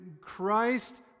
Christ